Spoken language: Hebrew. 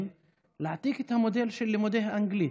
להעתיק את המודל של לימודי האנגלית,